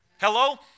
Hello